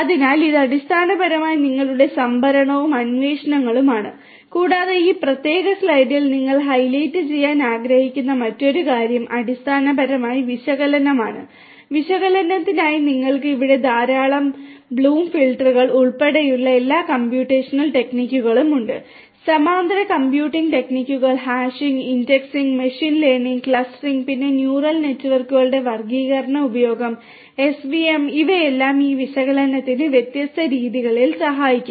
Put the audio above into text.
അതിനാൽ ഇത് അടിസ്ഥാനപരമായി നിങ്ങളുടെ സംഭരണവും അന്വേഷണങ്ങളുമാണ് കൂടാതെ ഈ പ്രത്യേക സ്ലൈഡിൽ നിങ്ങൾ ഹൈലൈറ്റ് ചെയ്യാൻ ആഗ്രഹിക്കുന്ന മറ്റൊരു കാര്യം അടിസ്ഥാനപരമായി വിശകലനമാണ് വിശകലനത്തിനായി നിങ്ങൾക്ക് അവിടെ ധാരാളം ബ്ലൂം ഫിൽട്ടറുകൾ മെഷീൻ ലേണിംഗ് ക്ലസ്റ്ററിംഗ് പിന്നെ ന്യൂറൽ നെറ്റ്വർക്കുകളുടെ വർഗ്ഗീകരണ ഉപയോഗം SVM ഇവയെല്ലാം ഈ വിശകലനത്തിന് വ്യത്യസ്ത രീതികളിൽ സഹായിക്കും